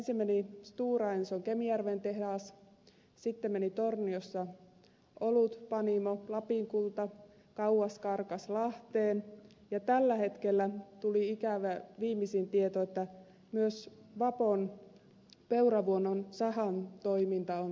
ensin meni stora enson kemijärven tehdas sitten meni torniosta olutpanimo lapin kulta kauas karkasi lahteen ja nyt tuli viimeisin ikävä tieto että myös vapon peuravuonon sahan toiminta on vaakalaudalla